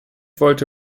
wollte